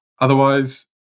Otherwise